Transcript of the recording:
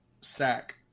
sack